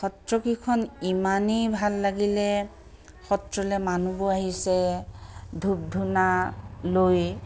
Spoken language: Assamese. সত্ৰকেইখন ইমানেই ভাল লাগিলে সত্ৰলৈ মানুহবোৰ আহিছে ধূপ ধূনা লৈ